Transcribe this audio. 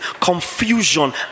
confusion